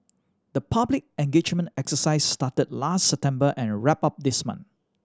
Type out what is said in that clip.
the public engagement exercises started last September and wrapped up this month